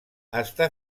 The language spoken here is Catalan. està